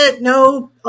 no